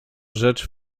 rzecz